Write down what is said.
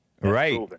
right